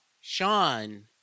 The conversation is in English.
Sean